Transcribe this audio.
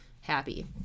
happy